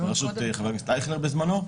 בראשות חבר הכנסת אייכלר.